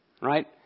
right